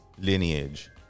Lineage